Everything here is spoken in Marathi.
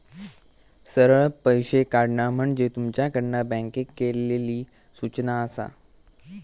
सरळ पैशे काढणा म्हणजे तुमच्याकडना बँकेक केलली सूचना आसा